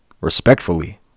respectfully